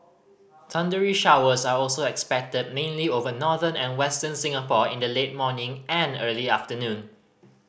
thundery showers are also expected mainly over northern and Western Singapore in the late morning and early afternoon